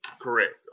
Correct